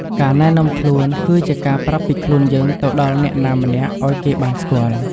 ការណែនាំខ្លួនគឺជាការប្រាប់ពីខ្លួនយើងទៅដល់អ្នកណាម្នាក់ឲ្យគេបានស្គាល់ ។